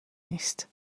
نیست